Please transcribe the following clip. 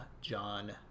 john